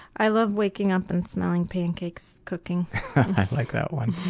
i love waking up and smelling pancakes cooking. i like that one.